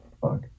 fuck